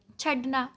ਛੱਡਣਾ